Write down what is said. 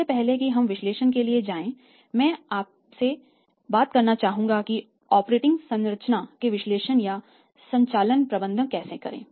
इससे पहले कि हम विश्लेषण के लिए जाएं मैं आपसे बात करना चाहूँगा कि ऑपरेटिंग संरचना का विश्लेषण या संचालन प्रबंधन कैसे करें